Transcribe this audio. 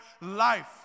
life